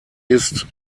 ist